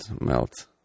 melt